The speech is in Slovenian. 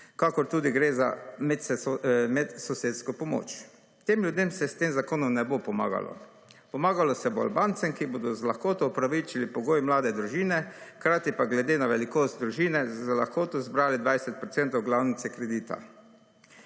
kakor tudi gre za medsosedsko pomoč. Tem ljudem se s tem zakonom ne bo pomagalo, pomagalo se bo Albancem, ki bodo z lahkoto opravičili pogoj mlade družine, hkrati pa glede na velikost družine z lahkoto spraviti 20 % glavnice kredita.